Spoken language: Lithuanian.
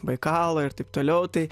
baikalo ir taip toliau tai